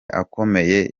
akomeye